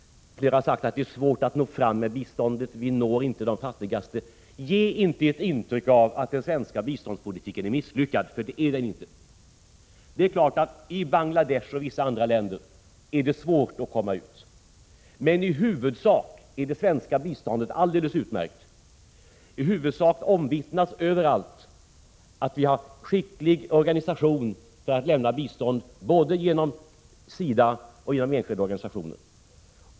Flera har sagt att det är svårt att få biståndet att nå fram, vi når inte de fattigaste. Ge inte ett intryck av att den svenska biståndspolitiken är misslyckad, för det är den inte! Det är klart att det i Bangladesh och vissa andra länder är svårt att komma ut, men rent allmänt är det svenska biståndet alldeles utmärkt. I huvudsak omvittnas överallt att vi har en skicklig organisation för lämnande av bistånd, både genom SIDA och genom enskilda organisationer.